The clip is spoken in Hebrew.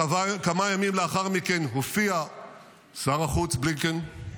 כמה ימים לאחר מכן הופיע שר החוץ בלינקן,